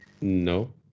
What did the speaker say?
No